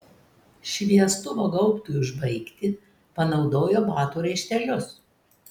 šviestuvo gaubtui užbaigti panaudojo batų raištelius